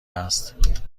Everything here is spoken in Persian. است